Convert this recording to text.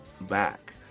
back